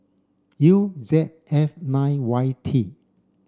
U Z F nine Y T